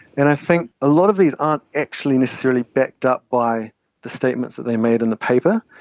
and i think a lot of these aren't actually necessarily backed up by the statements that they made in the paper,